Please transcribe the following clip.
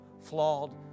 flawed